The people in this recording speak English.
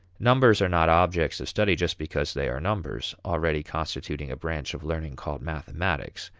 numbers are not objects of study just because they are numbers already constituting a branch of learning called mathematics,